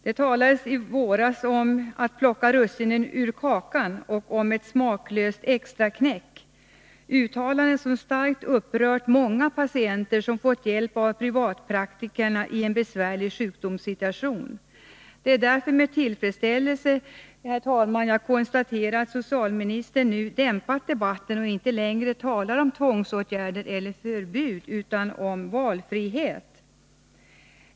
Det talades i våras om att plocka russinen ur kakan och om ett smaklöst extraknäck — uttalanden som starkt upprört många patienter som fått hjälp av privatpraktikerna i en besvärlig sjukdomssituation. Herr talman! Det är därför jag med tillfredsställelse konstaterar att statsrådet nu dämpat debatten och inte längre talar om tvångsåtgärder eller förbud utan om valfrihet.